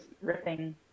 ripping